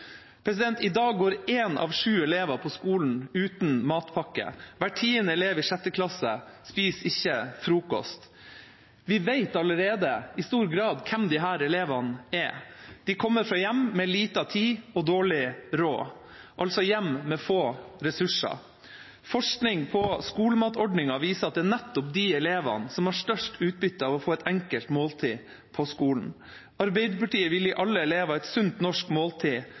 I dag går en av sju elever på skolen uten matpakke. Hver tiende elev i sjette klasse spiser ikke frokost. Vi vet allerede i stor grad hvem disse elevene er. De kommer fra hjem med liten tid og dårlig råd, altså hjem med få ressurser. Forskning på skolematordningen viser at det er nettopp de elevene som har størst utbytte av å få et enkelt måltid på skolen. Arbeiderpartiet vil gi alle elever et sunt, norsk måltid